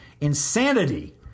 insanity